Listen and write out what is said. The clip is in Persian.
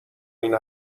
این